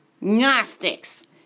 Gnostics